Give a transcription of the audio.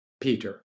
Peter